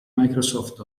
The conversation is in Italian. microsoft